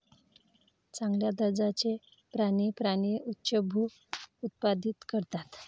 चांगल्या दर्जाचे प्राणी प्राणी उच्चभ्रू उत्पादित करतात